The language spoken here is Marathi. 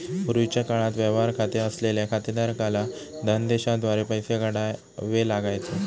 पूर्वीच्या काळात व्यवहार खाते असलेल्या खातेधारकाला धनदेशाद्वारे पैसे काढावे लागायचे